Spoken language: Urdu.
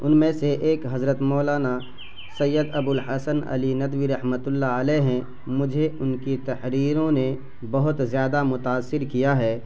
ان میں سے ایک حضرت مولانا سید ابوالحسن علی ندوی رحمۃ اللہ علیہ ہیں مجھے ان کی تحریروں نے بہت زیادہ متاثر کیا ہے